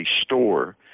store